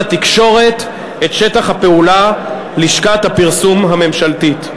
התקשורת את שטח הפעולה לשכת הפרסום הממשלתית.